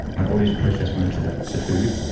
my body's processed most of the the food,